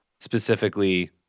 specifically